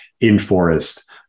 in-forest